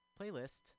playlist